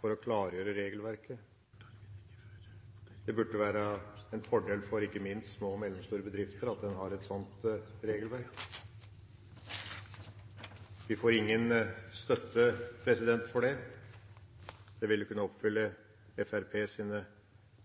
for å klargjøre regelverket. Det burde være en fordel, ikke minst for små og mellomstore bedrifter, at en har et sånt regelverk. Vi får ingen støtte for det. Det ville kunne oppfylle Fremskrittspartiets